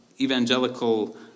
Evangelical